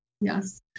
Yes